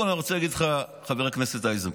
קודם כול, אני רוצה להגיד לך, חבר הכנסת איזנקוט,